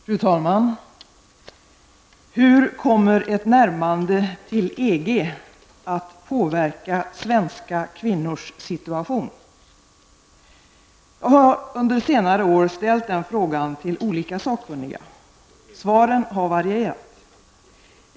Fru talman! Hur kommer ett närmande till EG att påverka svenska kvinnors situation? Jag har under senare år ställt den frågan till olika sakkunniga. Svaren har varierat.